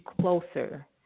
closer